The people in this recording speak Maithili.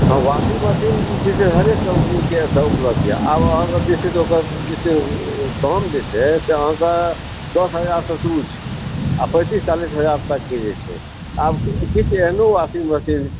हँ वाशिंगमशीन जे छै से हरेक कम्पनीके एतऽ उपलब्ध यऽ आब अहाँकेॅं जे छै से ओकर दाम जे छै से अहाँकेॅं दश हजार से शुरु छै आ पैतीस चालीस हजार तकके जे छै आब किछु एहनो वाशिंगमशीन छै